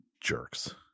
jerks